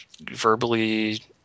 verbally